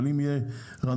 אם זה יהיה רנדומלי,